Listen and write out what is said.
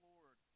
Lord